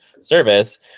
service